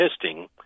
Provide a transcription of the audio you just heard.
testing